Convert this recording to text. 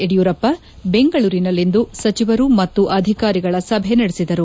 ಯುಡಿಯೂರಪ್ಪ ಬೆಂಗಳೂರಿನಲ್ಲಿಂದು ಸಚಿವರು ಮತ್ತು ಅಧಿಕಾರಿಗಳ ಸಭೆ ನಡೆಸಿದರು